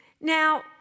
Now